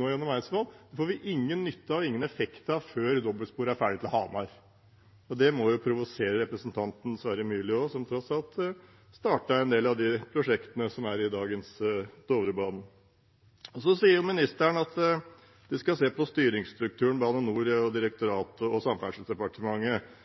gjennom Eidsvoll, får vi ingen nytte av, ingen effekt av før dobbeltsporet er ferdig til Hamar. Det må jo provosere representanten Sverre Myrli også, som tross alt startet en del av de prosjektene som er på Dovrebanen i dag. Så sier ministeren at vi skal se på styringsstrukturen – Bane NOR og direktoratet og Samferdselsdepartementet.